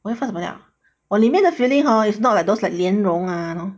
我会放什么料 ah 我里面的 filling hor it's not like those like 莲蓉啊